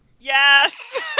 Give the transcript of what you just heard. Yes